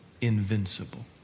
invincible